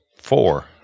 four